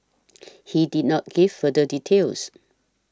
he did not give further details